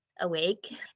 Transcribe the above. awake